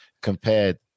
compared